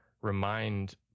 remind